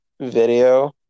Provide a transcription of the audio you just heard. video